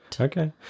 Okay